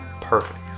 perfect